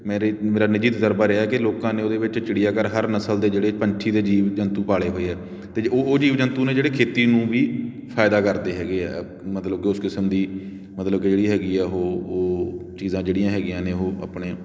ਮੇਰੇ ਮੇਰਾ ਨਿੱਜੀ ਤਜ਼ਰਬਾ ਰਿਹਾ ਕਿ ਲੋਕਾਂ ਨੇ ਉਹਦੇ ਵਿੱਚ ਚਿੜੀਆ ਘਰ ਹਰ ਨਸਲ ਦੇ ਜਿਹੜੇ ਪੰਛੀ ਅਤੇ ਜੀਵ ਜੰਤੂ ਪਾਲੇ ਹੋਏ ਆ ਅਤੇ ਜੇ ਉਹ ਉਹ ਜੀਵ ਜੰਤੂ ਨੇ ਜਿਹੜੇ ਖੇਤੀ ਨੂੰ ਵੀ ਫ਼ਾਇਦਾ ਕਰਦੇ ਹੈਗੇ ਆ ਮਤਲਬ ਕਿ ਉਸ ਕਿਸਮ ਦੀ ਮਤਲਬ ਕਿ ਜਿਹੜੀ ਹੈਗੀ ਆ ਉਹ ਉਹ ਚੀਜ਼ਾਂ ਜਿਹੜੀਆਂ ਹੈਗੀਆਂ ਨੇ ਉਹ ਆਪਣੇ